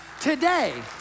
today